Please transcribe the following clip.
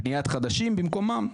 בניית חדשים במקומם.